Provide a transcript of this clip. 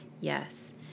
Yes